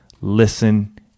listen